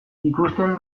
ikusten